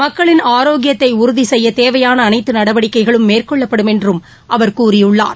மக்களின் ஆரோக்கியத்தை உறுதி செய்யத் தேவையாள அளைத்து நடவடிக்கைகளும் மேற்கொள்ளப்படும் என்றும் அவர் கூறியுள்ளார்